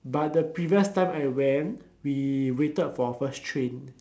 but the previous time I went we waited for first train